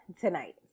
Tonight